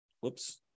whoops